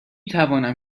توانم